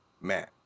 man